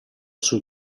sui